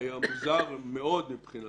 היה מוזר מאוד מבחינתי,